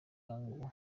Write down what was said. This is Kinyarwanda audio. bwangu